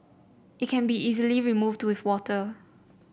it can be easily removed to with water